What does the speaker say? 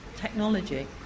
technology